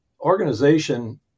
organization